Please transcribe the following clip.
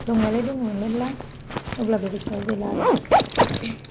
दंनायालाय दंमोन मेरला अब्लाबो गोसोआव गैला आरो